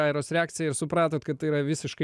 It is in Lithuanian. airos reakciją ir supratot kad tai yra visiškai